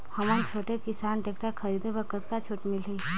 हमन छोटे किसान टेक्टर खरीदे बर कतका छूट मिलही?